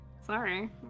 Sorry